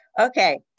Okay